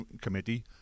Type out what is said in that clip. committee